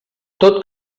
tot